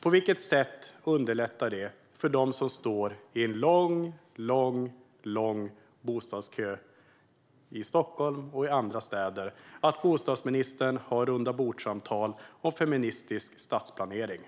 På vilket sätt underlättar det för dem som står i en lång, lång, lång bostadskö i Stockholm och i andra städer att bostadsministern har rundabordssamtal om feministisk stadsplanering?